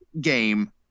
game